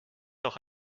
doch